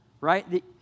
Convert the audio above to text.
Right